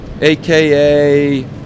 AKA